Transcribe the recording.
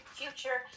future